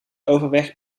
overweg